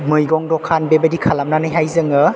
मैगं दखान बेबायदि खालामनानैहाय जों